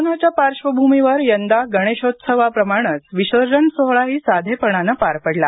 कोरोनाच्या पार्श्वभूमीवर यंदा गणेशोत्सवाप्रमाणेच विसर्जन सोहळाही साधेपणानं पार पडला